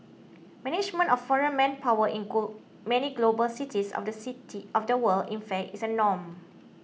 management of foreign manpower in goal many global cities of the city of the world in fact is a norm